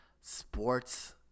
sports